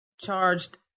charged